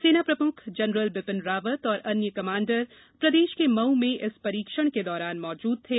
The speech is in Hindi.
सेना प्रमुख जनरल बिपिन रावत और अन्य कमांडर प्रदेश के मऊ में इस परीक्षण के दौरान मौजूद थे